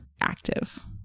active